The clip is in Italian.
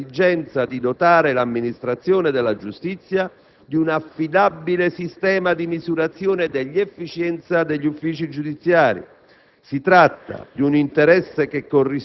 interesse corrispondente all'esigenza di dotare l'amministrazione della giustizia di un affidabile sistema di misurazione dell'efficienza degli uffici giudiziari.